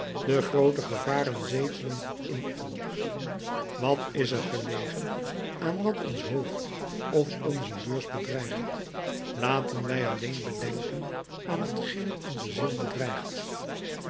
de groote gevaren zetelen in ons wat is er gelegen aan wat ons hoofd of onze beurs bedreigt laten wij alleen denken aan t geen onze ziel bedreigt